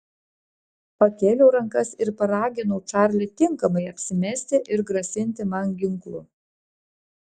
pakėliau rankas ir paraginau čarlį tinkamai apsimesti ir grasinti man ginklu